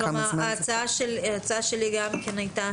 ההצעה שלי הייתה